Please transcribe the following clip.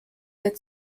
der